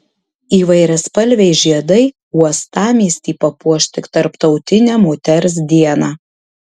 įvairiaspalviai žiedai uostamiestį papuoš tik tarptautinę moters dieną